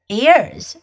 ears